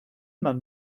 man